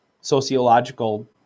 sociological